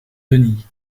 denis